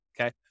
Okay